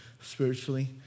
spiritually